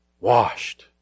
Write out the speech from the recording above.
washed